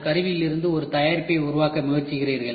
அந்த கருவியில் இருந்து ஒரு தயாரிப்பை உருவாக்க முயற்சிக்கிறீர்கள்